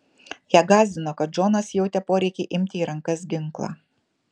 ją gąsdino kad džonas jautė poreikį imti į rankas ginklą